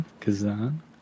Kazan